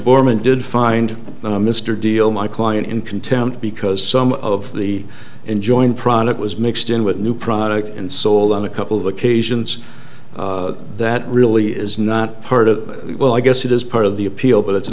bormann did find the mr deal my client in contempt because some of the enjoin product was mixed in with new products and sold on a couple of occasions that really is not part of well i guess it is part of the appeal but it's